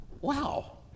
Wow